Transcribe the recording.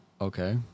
okay